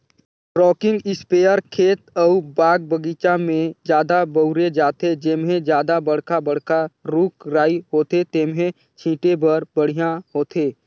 rocking इस्पेयर खेत अउ बाग बगीचा में जादा बउरे जाथे, जेम्हे जादा बड़खा बड़खा रूख राई होथे तेम्हे छीटे बर बड़िहा होथे